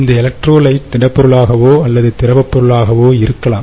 இந்த எலக்ட்ரோலைட் திடப்பொருளாகவோ அல்லது திரவ பொருளாகவோ இருக்கலாம்